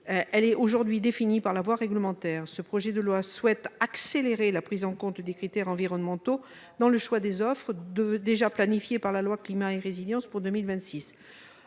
Elle est aujourd'hui définie par la voie réglementaire. Ce projet de loi souhaite accélérer la prise en compte des critères environnementaux dans le choix des offres déjà planifiées pour 2026 par la loi Climat et résilience.